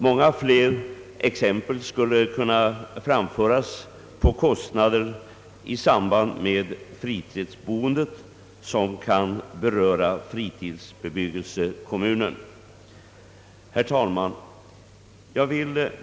Många fler exemplar skulle kunna anföras på kostnader, som kan beröra kommunerna i samband med fritidsbebyggelsen. Herr talman!